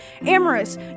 Amorous